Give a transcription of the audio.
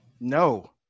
No